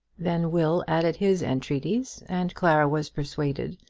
then will added his entreaties, and clara was persuaded,